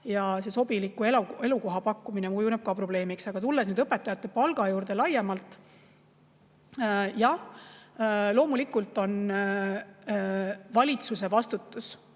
ja sobiliku elukoha pakkumine kujuneb ka probleemiks. Aga tulen nüüd õpetajate palga juurde laiemalt. Jah, loomulikult on valitsuse vastutus